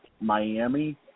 Miami